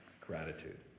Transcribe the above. Gratitude